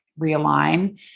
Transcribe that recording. realign